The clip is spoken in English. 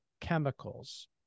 chemicals